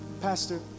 pastor